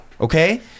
Okay